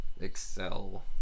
Excel